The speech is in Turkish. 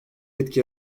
etki